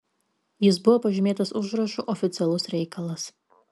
jis buvo pažymėtas užrašu oficialus reikalas